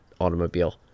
automobile